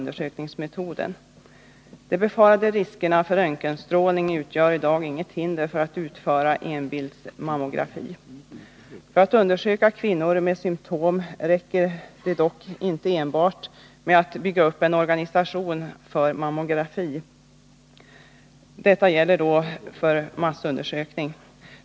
De befarade riskerna för röntgenstrålning utgör i dag inget hinder för att utföra enbildsmammografi. För att undersöka kvinnor med symptom räcker det dock inte enbart med att bygga upp en organisation för massundersökning med mammografi.